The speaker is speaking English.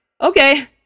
okay